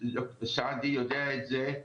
סעדי יודע את זה,